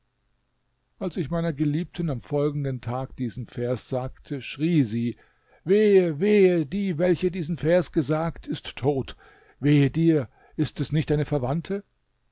als ich meiner geliebten am folgenden tag diesen vers sagte schrie sie wehe wehe die welche diesen vers gesagt ist tot wehe dir ist es nicht eine verwandte